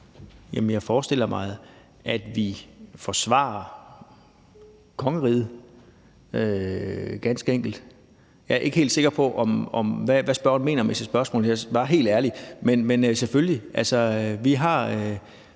Jeg forestiller mig, at vi forsvarer kongeriget, ganske enkelt. Jeg er ikke helt sikker på, hvad spørgeren mener med sit spørgsmål. Jeg er bare helt ærlig. Men selvfølgelig, vi har